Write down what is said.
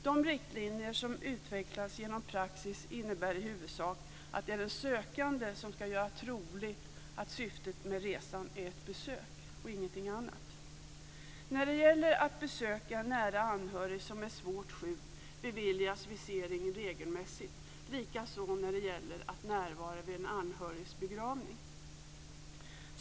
De riktlinjer som utvecklats genom praxis innebär i huvudsak att det är den sökande som ska göra troligt att syftet med resan är ett besök och ingenting annat. När det gäller att besöka en nära anhörig som är svårt sjuk beviljas visering regelmässigt, likaså när det gäller att närvara vid en nära anhörigs begravning.